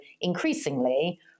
increasingly